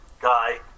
guy